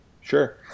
sure